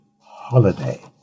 holiday